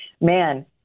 man